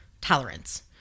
tolerance